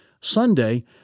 Sunday